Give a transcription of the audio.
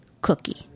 cookie